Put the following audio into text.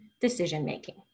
decision-making